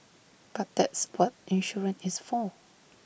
but that's what insurance is for